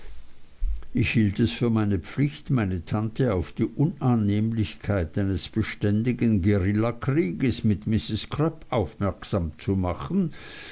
ich hielt es für meine pflicht meine tante auf die unannehmlichkeit eines beständigen guerillakrieges mit mrs crupp aufmerksam zu machen